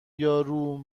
یارو